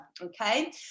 Okay